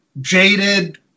jaded